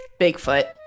Bigfoot